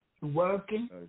Working